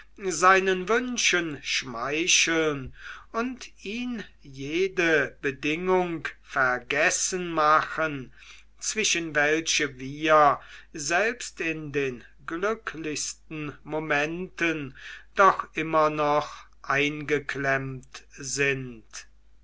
seinen wünschen schmeicheln und ihn jede bedingung vergessen machen zwischen welche wir selbst in den glücklichsten momenten doch immer noch eingeklemmt sind